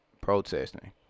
protesting